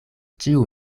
ĉiu